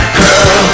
girl